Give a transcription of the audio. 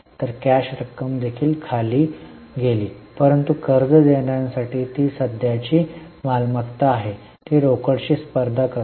तर कॅश रक्कम देखील खाली गेली परंतु कर्ज देणाऱ्यासाठी जी सध्याची मालमत्ता आहे ती रोकडशी स्पर्धा करते